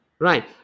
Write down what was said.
Right